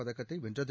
பதக்கத்தை வென்றது